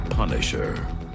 Punisher